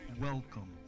Welcome